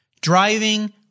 driving